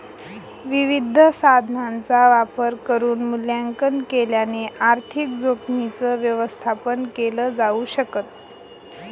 विविध साधनांचा वापर करून मूल्यांकन केल्याने आर्थिक जोखीमींच व्यवस्थापन केल जाऊ शकत